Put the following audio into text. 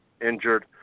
injured